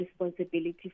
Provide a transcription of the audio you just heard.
responsibility